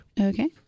Okay